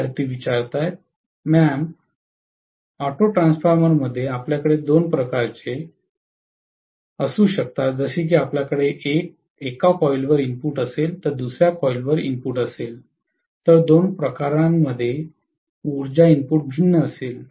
विद्यार्थी ma'am auto ट्रान्सफॉर्मरमध्ये आपल्याकडे दोन प्रकारचे असू शकतात जसे की आपल्याकडे एका कॉईलवर इनपुट असेल तर दुसर्या कॉइलवर इनपुट असेल तर दोन प्रकरणांमध्ये उर्जा इनपुट भिन्न असेल